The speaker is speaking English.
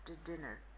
after-dinner